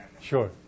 Sure